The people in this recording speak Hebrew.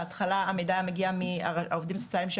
בהתחלה הרי המידע מגיע מעובדים סוציאליים של